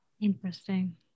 Interesting